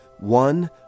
One